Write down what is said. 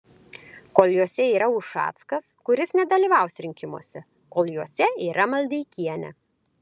kol jose yra ušackas kuris nedalyvaus rinkimuose kol juose yra maldeikienė